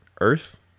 Earth